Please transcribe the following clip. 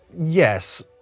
Yes